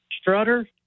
strutter